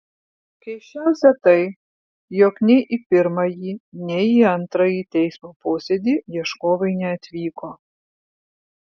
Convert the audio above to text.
keisčiausia tai jog nei į pirmąjį nei į antrąjį teismo posėdį ieškovai neatvyko